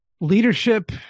leadership